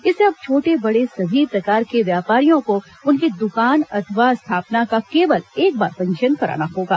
इससे अब छोटे बड़े सभी प्रकार के व्यापारियों को उनके द्वकान अथवा स्थापना का केवल एक बार पंजीयन कराना होगा